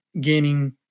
gaining